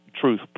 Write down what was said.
truth